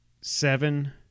seven